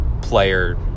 player